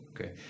okay